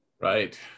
Right